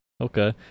okay